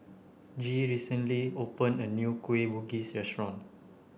Gee recently opened a new Kueh Bugis restaurant